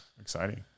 Exciting